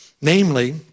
Namely